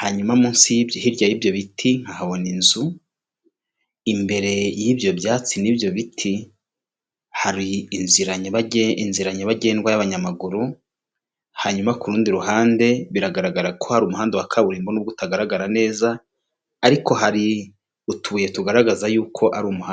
hanyuma munsi yibyo hirya'ibyo biti nkahabona inzu imbere y'ibyo byatsi nibyo biti hari inzira nyabage, inzira nyabagendwa y'abanyamaguru hanyuma kurundi ruhande biragaragara ko hari umuhanda wa kaburimbo nubwo utagaragara neza ariko hari utubuye tugaragaza yuko ari umuhanda.